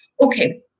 Okay